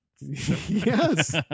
Yes